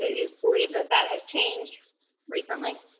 ah you believe that that has changed recently?